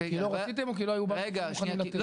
כי לא רציתם או כי לא היו מוכנים לתת?